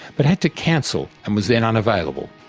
but had to cancel and was then unavailable.